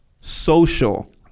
social